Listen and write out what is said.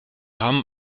haben